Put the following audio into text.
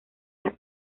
las